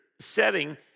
setting